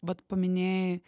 vat paminėjai